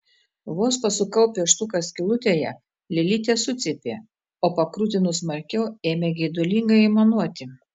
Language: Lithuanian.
vos pasukau pieštuką skylutėje lėlytė sucypė o pakrutinus smarkiau ėmė geidulingai aimanuoti